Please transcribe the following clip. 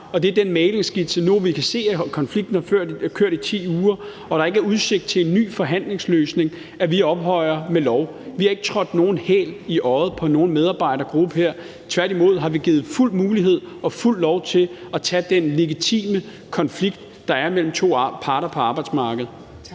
den 18. maj, og nu, hvor vi kan se, at konflikten har kørt i 10 uger og der ikke er udsigt til en ny forhandlingsløsning, er det den mæglingsskitse, vi ophøjer til lov. Vi har ikke trådt nogen hæl i øjet på nogen medarbejdergruppe her. Tværtimod har vi fuldt ud givet mulighed for og lov til at tage den legitime konflikt, der er mellem to parter på arbejdsmarkedet.